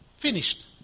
Finished